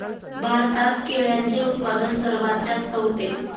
भारतात केळ्यांचे उत्पादन सर्वात जास्त होते